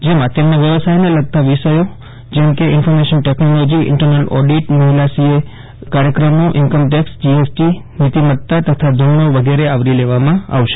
જેમાં તેમના વ્યવસાયને લગતા વિષયો જમકે ઇન્ફોરમેશન ટેકનોલોજી ઇન્ટરનલ ઓડિટ મહિલા સીએ કેન્રીમ્ત કાર્યક્રમો ઇન્કમટેક્ષ જીએસટી નિતિમત્તા તથા ધોરણો વગેરે આવરી લેવાશે